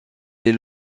les